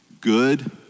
good